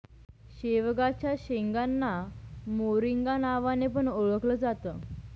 शेवग्याच्या शेंगांना मोरिंगा नावाने पण ओळखल जात